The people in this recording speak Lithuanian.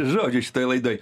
žodžiais šitoj laidoj